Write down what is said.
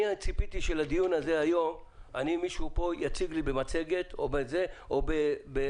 אני ציפיתי שלדיון היום מישהו יציג לי מצגת או הרצאה